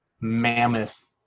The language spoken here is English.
mammoth